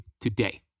today